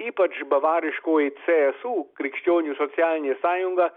ypač bavariškoji csu krikščionių socialinė sąjunga